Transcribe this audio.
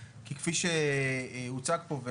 כי כפי שהוצג פה,